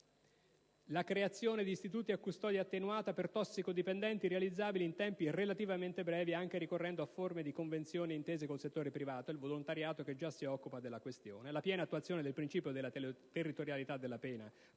la creazione di istituti a custodia attenuata per tossicodipendenti, realizzabili in tempi relativamente brevi anche ricorrendo a forme di convenzioni e intese con il settore privato e il volontariato che già si occupa della questione; la piena attuazione del principio della territorialità della pena